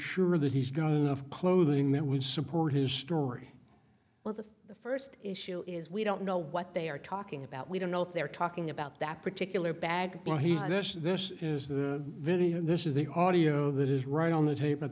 sure that he's got enough clothing that would support his story well the first issue is we don't know what they are talking about we don't know if they're talking about that particular bag but he said yes this is the video this is the audio that is right on the tape at